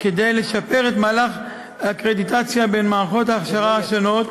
כדי לשפר את מהלך הקרדיטציה בין מערכות ההכשרה השונות,